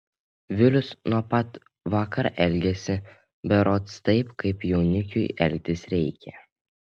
vilius nuo pat vakar elgiasi berods taip kaip jaunikiui elgtis reikia